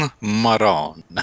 Maron